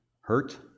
Hurt